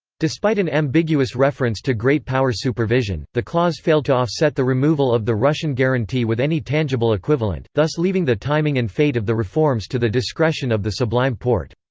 despite an ambiguous reference to great power supervision, the clause failed to offset the removal of the russian guarantee with any tangible equivalent, thus leaving the timing and fate of the reforms to the discretion of the sublime porte.